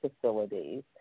facilities